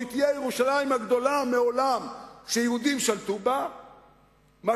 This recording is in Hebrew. שהיא תהיה ירושלים הגדולה ביותר שיהודים שלטו בה מעולם,